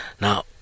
Now